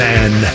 Man